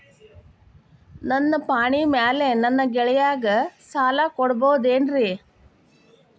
ನನ್ನ ಪಾಣಿಮ್ಯಾಲೆ ನನ್ನ ಗೆಳೆಯಗ ಸಾಲ ಕೊಡಬಹುದೇನ್ರೇ?